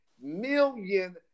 million